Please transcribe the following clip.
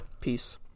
Peace